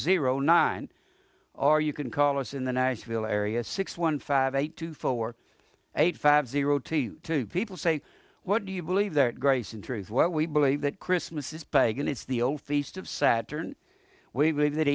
zero nine or you can call us in the nashville area six one five eight two four eight five zero team two people say what do you believe that grace in truth what we believe that christmas is pagan it's the old feast of saturn w